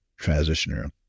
transitioner